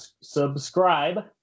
subscribe